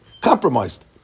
compromised